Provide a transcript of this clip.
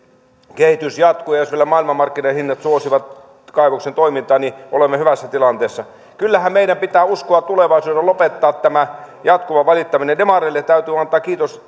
kehitys jatkuu ja jos vielä maailmanmarkkinahinnat suosivat kaivoksen toimintaa niin olemme hyvässä tilanteessa kyllähän meidän pitää uskoa tulevaisuuteen ja lopettaa tämä jatkuva valittaminen demareille täytyy antaa kiitos